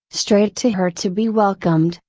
straight to her to be welcomed,